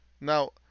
Now